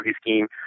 scheme